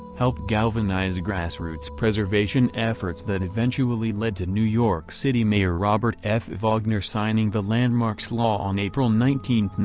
helped galvanize grassroots preservation efforts that eventually led to new york city mayor robert f. wagner signing the landmarks law on april nineteen,